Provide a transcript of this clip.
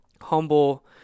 humble